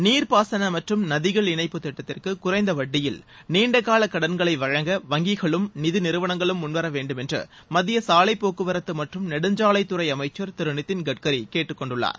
நீர்ப்பாசன மற்றும் நதிகள் இணைப்பு திட்டத்திற்கு குறைந்த வட்டியில் நீண்டகால கடன்களை வழங்க வங்கிகளும் நிதி நிறுவனங்களும் முன்வர வேண்டும் என்று மத்திய சாலை போக்குவரத்து மற்றும் நெடுஞ்சாலைத்துறை அமைச்சர் திரு நிதின் கட்கரி கேட்டுக்கொண்டுள்ளார்